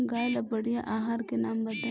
गाय ला बढ़िया आहार के नाम बताई?